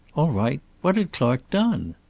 all right. what had clark done?